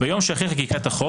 ביום שאחרי חקיקת החוק,